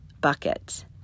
bucket